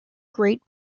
great